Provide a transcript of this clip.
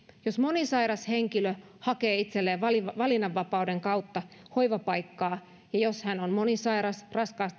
jos monisairas henkilö hakee itselleen valinnanvapauden kautta hoivapaikkaa ja jos hän on monisairas raskaasti hoidettava voikin